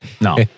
No